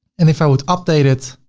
and if i would update it